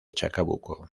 chacabuco